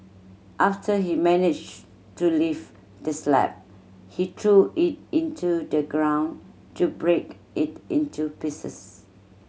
after he managed to lift the slab he threw it into the ground to break it into pieces